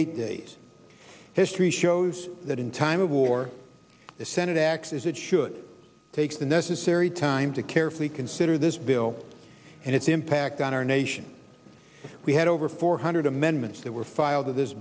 eight days history shows that in time of war the senate acts as it should take the necessary time to carefully consider this bill and its impact on our nation we had over four hundred amendments that were filed with this